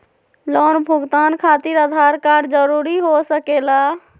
Loan भुगतान खातिर Aadhaar card जरूरी हो सके ला?